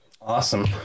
Awesome